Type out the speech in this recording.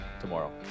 tomorrow